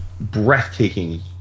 breathtaking